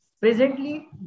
Presently